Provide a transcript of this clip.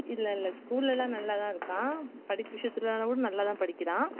இல்லை இல்லை ஸ்கூல்லலாம் நல்லாதான் இருக்கான் படிப்பு விஷயத்துலலாம் கூட நல்லாதான் படிக்கிறான்